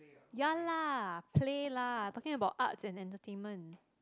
ya lah play lah talking about arts and entertainment